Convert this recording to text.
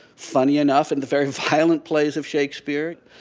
funny enough, in the very violent plays of shakespeare.